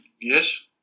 Yes